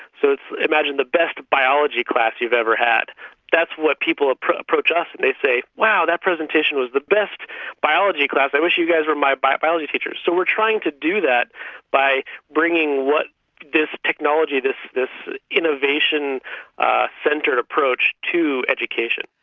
so imagine the best biology class you've ever had that's what people ah approach us and say, wow, that presentation was the best biology class. i wish you guys were my biology teachers'. so we're trying to do that by bringing this technology, this this innovation centre approach to education.